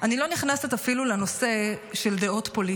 אני לא נכנסת אפילו לדעות פוליטיות.